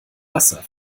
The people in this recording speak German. wasser